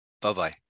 Bye-bye